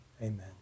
amen